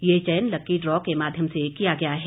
ये चयन lucky draw के माध्यम से किया गया है